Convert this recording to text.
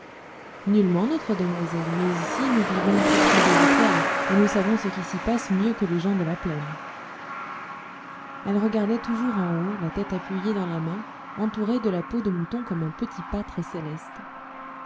nullement notre demoiselle mais ici nous vivons plus près des étoiles et nous savons ce qui s'y passe mieux que des gens de la plaine elle regardait toujours en haut la tête appuyée dans la main entourée de la peau de mouton comme un petit pâtre céleste